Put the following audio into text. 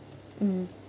mm